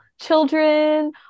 children